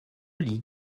lis